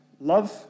Love